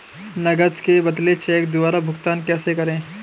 नकद के बदले चेक द्वारा भुगतान कैसे करें?